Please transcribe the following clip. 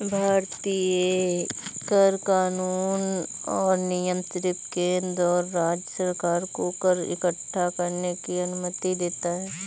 भारतीय कर कानून और नियम सिर्फ केंद्र और राज्य सरकार को कर इक्कठा करने की अनुमति देता है